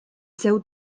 seu